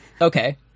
Okay